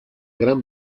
gran